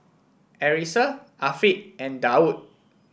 Arissa Afiq and Daud